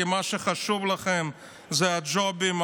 כי מה שחשוב לכם זה ג'ובים,